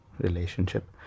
relationship